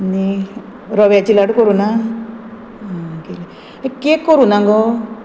आनी रव्याची लाडू करूं ना केक करूं ना गो